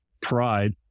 pride